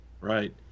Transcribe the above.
right